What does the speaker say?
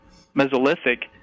Mesolithic